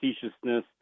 facetiousness